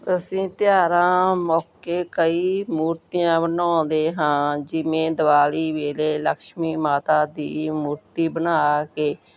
ਅਸੀਂ ਤਿਉਹਾਰਾਂ ਮੌਕੇ ਕਈ ਮੂਰਤੀਆਂ ਬਣਾਉਂਦੇ ਹਾਂ ਜਿਵੇਂ ਦੀਵਾਲੀ ਵੇਲੇ ਲਕਸ਼ਮੀ ਮਾਤਾ ਦੀ ਮੂਰਤੀ ਬਣਾ ਕੇ